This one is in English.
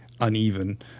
uneven